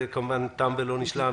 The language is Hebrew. כמובן, תם ולא נשלם.